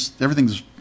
everything's